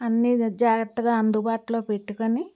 అన్ని జాగ్రత్తగా అందుబాటులో పెట్టుకొని